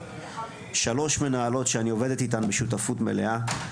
שלוש מנהלות שאני עובדת איתן בשותפות מלאה,